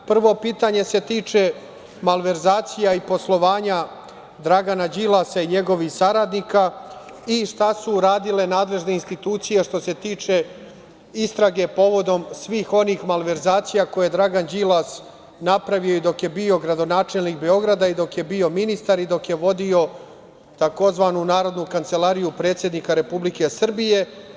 Prvo pitanje se tiče malverzacija i poslovanja Dragana Đilasa i njegovih saradnika i šta su uradile nadležne institucije što se tiče istrage povodom svih onih malverzacija koje je Dragan Đilas napravio dok je bio gradonačelnik Beograda i dok je bio ministar i dok je vodio tzv. Narodnu kancelariju predsednika Republike Srbije.